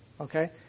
Okay